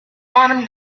bottom